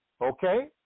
Okay